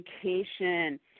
education